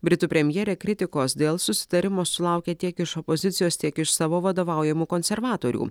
britų premjerė kritikos dėl susitarimo sulaukė tiek iš opozicijos tiek iš savo vadovaujamų konservatorių